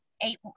eight